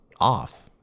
off